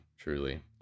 Truly